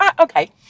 Okay